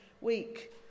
week